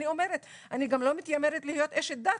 אני גם לא מתיימרת להיות אשת דת,